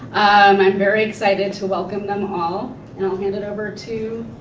um i'm very excited to welcome them all and i'll hand it over to